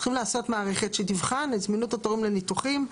צריכים לעשות מערכת שתבחן את זמינות התורים לניתוחים.